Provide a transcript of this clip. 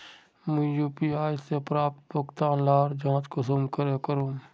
मुई यु.पी.आई से प्राप्त भुगतान लार जाँच कुंसम करे करूम?